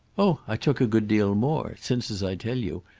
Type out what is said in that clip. oh i took a good deal more since, as i tell you,